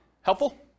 Helpful